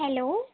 hello